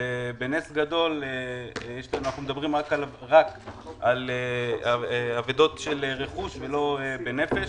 בנס גדול אנחנו מדברים רק על אבדות של רכוש ולא בנפש.